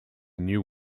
new